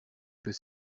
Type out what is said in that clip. que